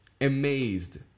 amazed